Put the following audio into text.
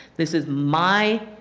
this is my